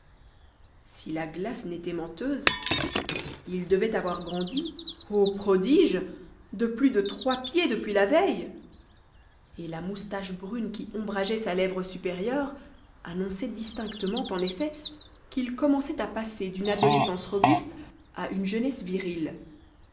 si la glace n'était menteuse il devait avoir grandi ô prodige de plus de trois pieds de puis la veille et la moustache brune qui ombrageait sa lèvre supérieure annonçait distinctement en effet qu'il commençait à passer d'une adolescence robuste à une jeunesse virile